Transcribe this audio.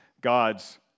God's